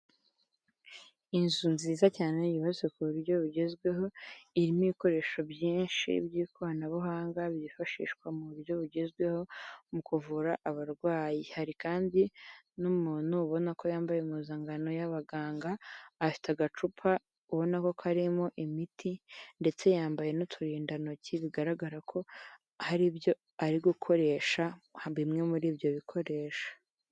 Inzu nziza cyane ibibazo ku buryo bugezweho irimo ibikoresho byinshi by'ikoranabuhanga byifashishwa mu buryo bugezweho mu kuvura abarwayi, hari kandi n'umuntu ubona ko yambaye impuzangano y'abaganga, afite agacupa ubona ko karimo imiti ndetse yambaye n'uturindantoki, bigaragara ko hari ibyo ari gukoresha bimwe muri ibyo bikoresho.